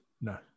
No